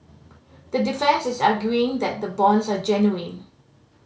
the defence is arguing that the bonds are genuine